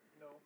No